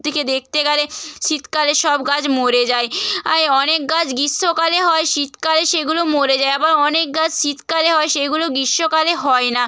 থেকে দেখতে গেলে শীতকালে সব গাছ মরে যায় আর অনেক গাছ গ্রীষ্মকালে হয় শীতকালে সেগুলো মরে যায় আবার অনেক গাছ শীতকালে হয় সেইগুলো গীষ্মকালে হয় না